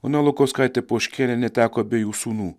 ona lukauskaitė poškienė neteko abiejų sūnų